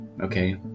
okay